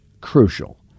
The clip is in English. crucial